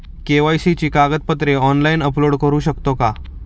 KYC ची कागदपत्रे online upload करू शकतो का?